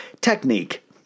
technique